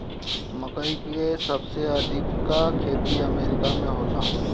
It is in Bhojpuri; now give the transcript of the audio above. मकई के सबसे अधिका खेती अमेरिका में होला